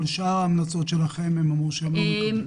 את כל שאר ההמלצות שלכם הם לא מקבלים.